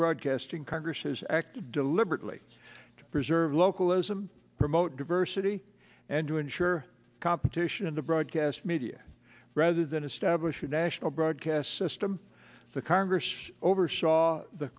broadcasting congress has acted deliberately to preserve localism promote diversity and to ensure competition in the broadcast media rather than establish a national broadcast system the congress oversaw the